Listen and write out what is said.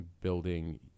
building